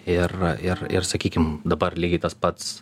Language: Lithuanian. ir ir ir sakykim dabar lygiai tas pats